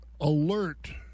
alert